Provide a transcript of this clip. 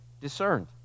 discerned